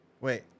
wait